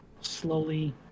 slowly